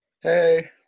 hey